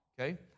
Okay